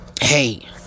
hey